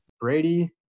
Brady